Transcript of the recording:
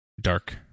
dark